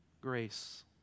Grace